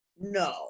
No